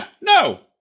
no